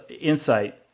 insight